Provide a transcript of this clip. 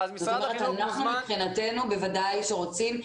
אנחנו מבחינתנו בוודאי שרוצים.